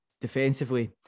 defensively